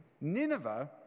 Nineveh